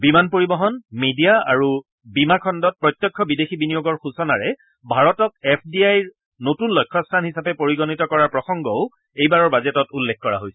বিমান পৰিবহন মিডিয়া আৰু বীমা খণ্ডত প্ৰত্যক্ষ বিদেশী বিনিয়োগৰ সূচনাৰে ভাৰতক এফ ডি আইৰ নতুন লক্ষ্যস্থান হিচাপে পৰিগণিত কৰাৰ প্ৰসংগও এইবাৰৰ বাজেটত উল্লেখ কৰা হৈছে